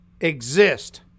exist